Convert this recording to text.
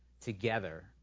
together